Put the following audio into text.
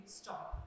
stop